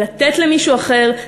לתת למישהו אחר,